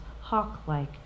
hawk-like